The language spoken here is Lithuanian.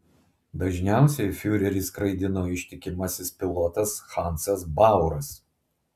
dažniausiai fiurerį skraidino ištikimasis pilotas hansas bauras